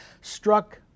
struck